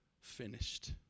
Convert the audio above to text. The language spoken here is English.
finished